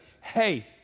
hey